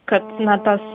kad na tas